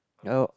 nope